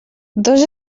dos